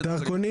דרכונים